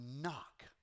knock